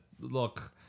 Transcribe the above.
look